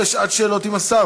או לשעת שאלות עם השר,